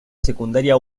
secundaria